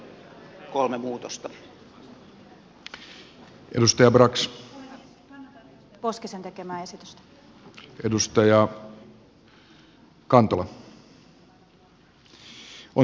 arvoisa puhemies